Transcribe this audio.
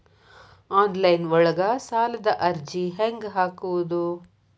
Online ಒಳಗ ಸಾಲದ ಅರ್ಜಿ ಹೆಂಗ್ ಹಾಕುವುದು?